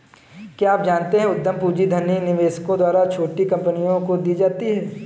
क्या आप जानते है उद्यम पूंजी धनी निवेशकों द्वारा छोटी कंपनियों को दी जाती है?